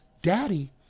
Daddy